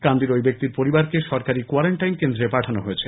কান্দির ঐ ব্যক্তির পরিবারকে সরকারী কোয়ারেন্টাইন কেন্দ্রে পাঠানো হয়েছে